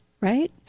right